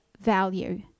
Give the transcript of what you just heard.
value